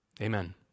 Amen